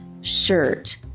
shirt